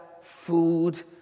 food